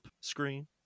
screen